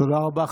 תודה רבה.